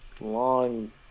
long